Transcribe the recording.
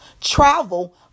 travel